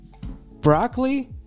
Broccoli